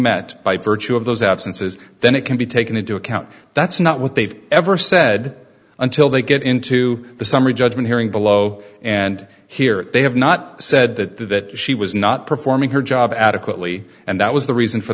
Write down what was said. met by virtue of those absences then it can be taken into account that's not what they've ever said until they get into the summary judgment hearing below and here they have not said that she was not performing her job adequately and that was the reason for